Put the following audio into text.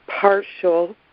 partial